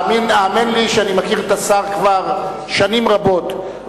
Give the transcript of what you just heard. האמן לי שאני מכיר את השר כבר שנים רבות.